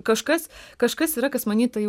kažkas kažkas yra kas many tai